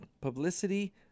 publicity